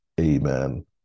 Amen